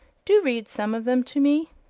do read some of them to me.